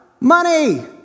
Money